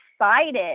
excited